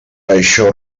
això